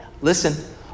Listen